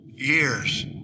years